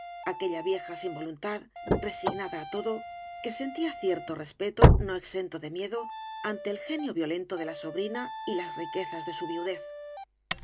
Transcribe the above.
aquella vieja sin voluntad resignada á todo que sentía cierto respeto no exento de miedo ante el genio violento de la sobrina y las riquezas de su viudez